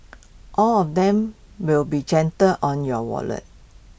all of them will be gentle on your wallet